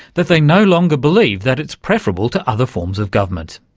that they no longer believe that it's preferable to other forms of government.